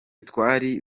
twari